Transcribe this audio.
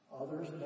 others